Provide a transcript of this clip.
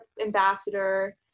ambassador